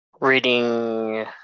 reading